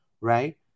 right